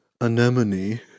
Anemone